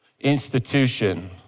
institution